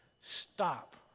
stop